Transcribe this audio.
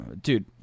dude